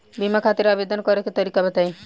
बीमा खातिर आवेदन करे के तरीका बताई?